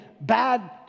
bad